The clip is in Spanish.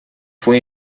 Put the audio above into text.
fue